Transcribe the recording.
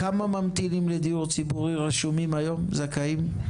כמה ממתינים לדיור ציבורי רשומים היום זכאים?